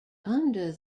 under